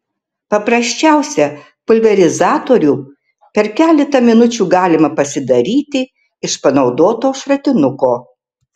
paprasčiausią pulverizatorių per keletą minučių galima pasidaryti iš panaudoto šratinuko